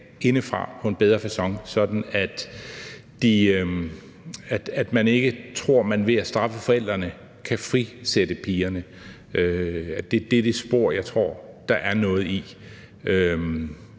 på en bedre facon, sådan at man ikke tror, at man ved at straffe forældrene kan frisætte pigerne. Det er det spor, jeg tror der er noget i.